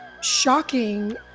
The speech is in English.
shocking